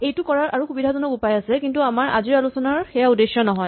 এইটো কৰাৰ আৰু সুবিধাজনক উপায় আছে কিল্তু আমাৰ আজিৰ আলোচনাৰ সেয়া উদ্দেশ্য নহয়